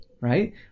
right